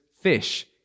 fish